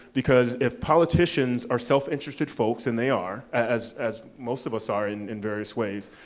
because if politicians are self-interested folks, and they are, as as most of us are in in various ways,